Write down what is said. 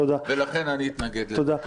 לכן אני אתנגד לזה.